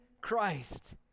Christ